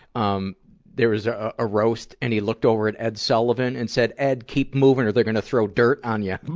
um there was a ah roast, and he looked over at ed sullivan and said, ed, keep moving or they're going throw dirt on ya.